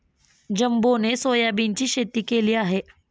जंबोने सोयाबीनची शेती केली आहे